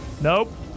Nope